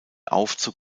aufzug